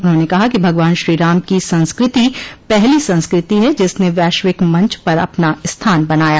उन्होंने कहा कि भगवान श्रीराम की संस्कृति पहली संस्कृति है जिसने वैश्विक मंच पर अपना स्थान बनाया